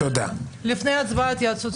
לפני הצבעה התייעצות סיעתית.